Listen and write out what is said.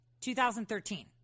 2013